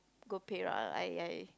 go Perak I I